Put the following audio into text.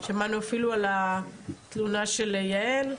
שמענו אפילו על התלונה של יעל,